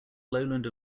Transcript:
lowland